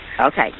Okay